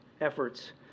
efforts